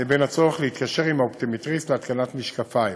ובין הצורך להתקשר עם האופטומטריסט להתקנת משקפיים.